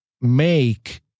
make